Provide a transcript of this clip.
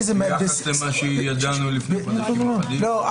ביחס למה שידענו לפני חודשים אחדים --- לא,